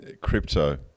crypto